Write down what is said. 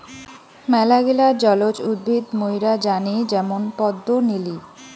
মেলাগিলা জলজ উদ্ভিদ মুইরা জানি যেমন পদ্ম, নিলি